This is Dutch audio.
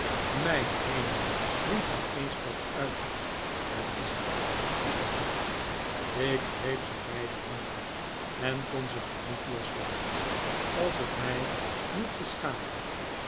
mijn hemel riep hij eensklaps uit het is de kleine copperfield ik greep zijn beide handen en kon ze maar niet loslaten als ik mij niet geschaamd had